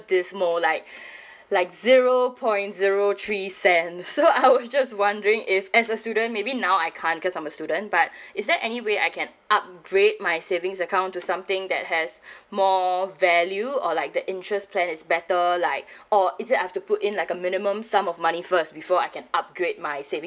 there's more like like zero point zero three cent so I was just wondering if as a student maybe now I can't because I'm a student but is there any way I can upgrade my savings account to something that has more value or like the interest plan is better like or is it I've to put in like a minimum sum of money first before I can upgrade my savings